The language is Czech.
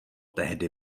tehdy